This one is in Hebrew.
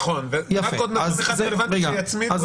נכון, אבל רק עוד נתון אחד רלוונטי שיצמידו